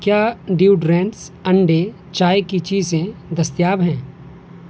کیا ڈیوڈرنٹس انڈے چائے کی چیزیں دستیاب ہیں